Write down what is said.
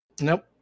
Nope